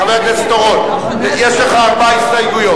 חבר הכנסת אורון, יש לך ארבע הסתייגויות.